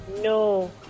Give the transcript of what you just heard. No